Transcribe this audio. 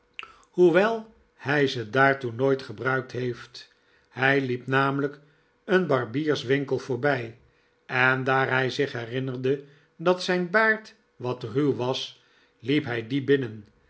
hoewel hij ze daartoe nooit gebruikt heeft hij hep namelijk een barbierswinkel voorbij en daar hij zich herinnerde dat zijn baard wat ruw was hep hij dien binnen